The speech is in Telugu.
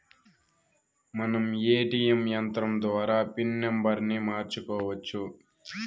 మనం ఏ.టీ.యం యంత్రం ద్వారా పిన్ నంబర్ని మార్చుకోవచ్చు